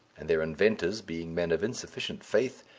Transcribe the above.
and their inventors, being men of insufficient faith,